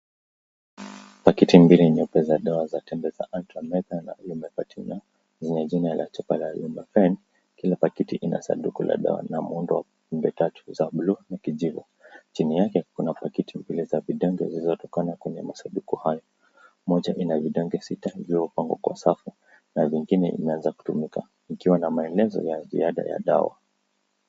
Pakiti mbili nyeupe za dawa za tembe za Antra na Lume Patina zenye jina la chupa la Lumba Pen. Kila pakiti ina sanduku la dawa na muundo wa pembe tatu za blue na kijiwe. Chini yake kuna pakiti mbili za vidonge zilizotokana kwenye masanduku hayo. Moja ina vidonge sita juu ya upango kwa safu na vingine imeanza kutumika ikiwa na maelezo ya ziada ya dawa.